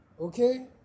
okay